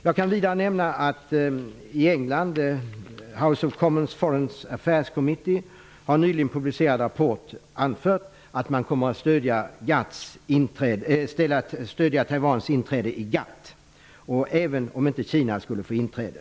Jag kan vidare nämna att House of Commons Foreign Affairs Committee i England i en nyligen publicerat rapport anfört att man kommer att stödja Taiwans inträde i GATT, även om Kina inte skulle få inträde.